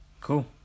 Cool